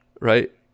Right